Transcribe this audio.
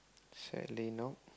sadly no